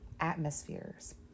atmospheres